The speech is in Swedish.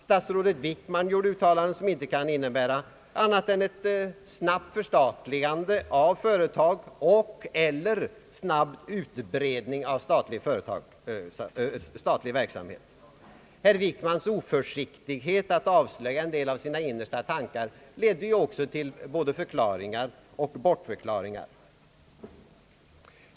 Statsrådet Wickman gjorde uttalanden som inte kan innebära annat än ett snabbt förstatligande av företag och/eller snabb utbredning av statlig verksamhet. Herr Wickmans oförsiktighet att avslöja en del av sina innersta tankar ledde också till både förklaringar och bortförklaringar.